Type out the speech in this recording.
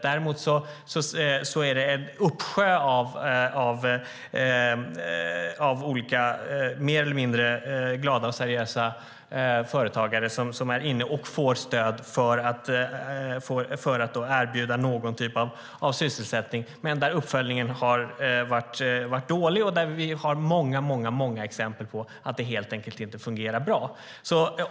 Däremot är det en uppsjö av mer eller mindre glada och seriösa företagare som är inne och får stöd för att erbjuda någon typ av sysselsättning, men uppföljningen har varit dålig. Vi har många exempel på att det helt enkelt inte fungerar bra.